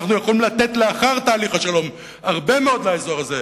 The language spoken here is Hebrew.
אנחנו יכולים לתת לאחר תהליך השלום הרבה מאוד לאזור הזה,